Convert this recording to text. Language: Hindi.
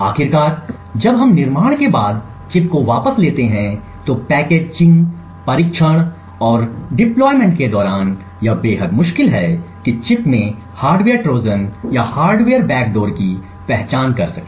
आखिरकार जब हम निर्माण के बाद चिप को वापस लेते हैं तो पैकेज परीक्षण और दीप्लाईमेंट के दौरान यह बेहद मुश्किल है कि चिप में हार्डवेयर ट्रोजन या हार्डवेयर बैकडोर की पहचान कर सके